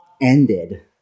ended